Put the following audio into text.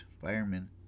firemen